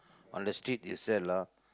on the street it sell lah